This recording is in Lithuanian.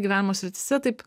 gyvenimo srityse taip